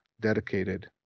dedicated